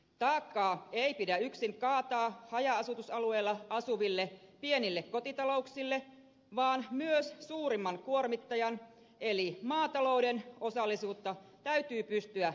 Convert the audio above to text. taakkaa ei pidä kaataa yksin haja asutusalueella asuville pienille kotitalouksille vaan myös suurimman kuormittajan eli maatalouden osallisuutta täytyy pystyä pienentämään